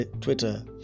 Twitter